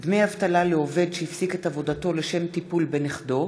דמי אבטלה לעובד שהפסיק את עבודתו לשם טיפול בנכדו),